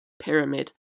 pyramid